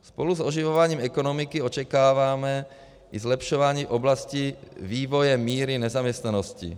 Spolu s oživováním ekonomiky očekáváme i zlepšování v oblasti vývoje míry nezaměstnanosti.